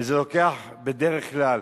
וזה לוקח בדרך כלל